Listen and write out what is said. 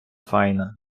файна